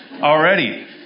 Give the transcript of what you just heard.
already